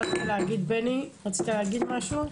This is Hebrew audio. בבקשה.